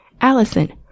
Allison